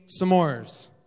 s'mores